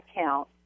account